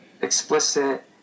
explicit